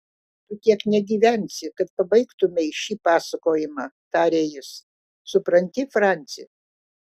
tu tiek negyvensi kad pabaigtumei šį pasakojimą tarė jis supranti franci